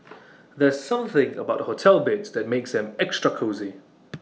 there's something about hotel beds that makes them extra cosy